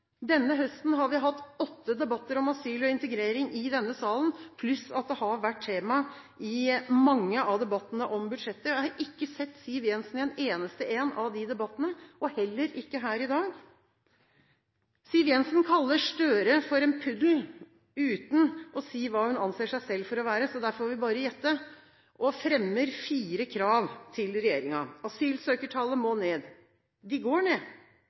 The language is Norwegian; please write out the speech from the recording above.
Denne høsten har vi hatt åtte debatter om asyl og integrering i denne salen pluss at det har vært tema i mange av debattene om budsjettet. Jeg har ikke sett Siv Jensen i en eneste en av de debattene, og heller ikke her i dag. Siv Jensen kaller Støre for en «puddel», uten å si hva hun anser seg selv for å være, så der får vi bare gjette, og hun fremmer fire krav til regjeringen: «Asylanttilstrømmingen må ned.» – Den går ned.